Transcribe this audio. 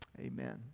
Amen